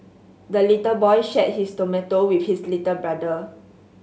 the little boy shared his tomato with his little brother